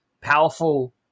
powerful